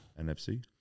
NFC